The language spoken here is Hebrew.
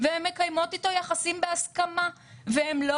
והן מקיימות איתו יחסים בהסכמה,